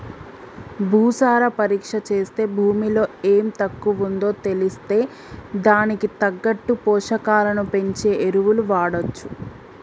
భూసార పరీక్ష చేస్తే భూమిలో ఎం తక్కువుందో తెలిస్తే దానికి తగ్గట్టు పోషకాలను పెంచే ఎరువులు వాడొచ్చు